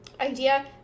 idea